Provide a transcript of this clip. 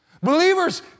Believers